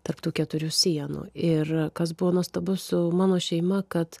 tarp tų keturių sienų ir kas buvo nuostabu su mano šeima kad